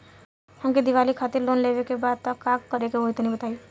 हमके दीवाली खातिर लोन लेवे के बा का करे के होई तनि बताई?